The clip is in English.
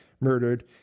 murdered